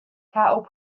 cattle